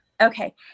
Okay